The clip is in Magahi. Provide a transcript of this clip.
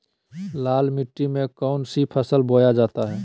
लाल मिट्टी में कौन सी फसल बोया जाता हैं?